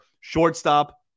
Shortstop